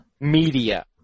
media